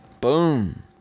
boom